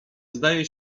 zdaje